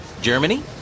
Germany